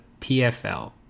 PFL